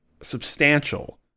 substantial